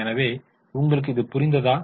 எனவே உங்களுக்கு இது புரிந்ததா